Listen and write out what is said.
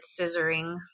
scissoring